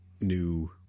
new